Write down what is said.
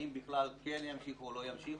האם בכלל כן ימשיכו או לא ימשיכו,